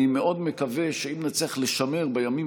אני מאוד מקווה שנצליח לשמר בימים